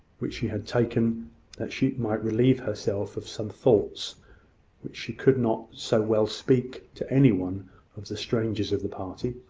which she had taken that she might relieve herself of some thoughts which she could not so well speak to any one of the strangers of the party.